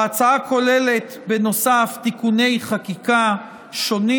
ההצעה כוללת בנוסף תיקוני חקיקה שונים.